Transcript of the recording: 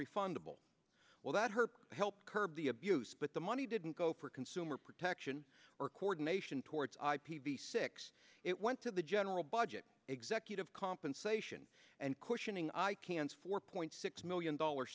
refundable well that her help curb the abuse but the money didn't go for consumer protection or co ordination towards i p v six it went to the general budget executive compensation and questioning i can't four point six million dollar